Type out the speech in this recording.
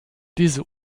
diese